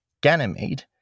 Ganymede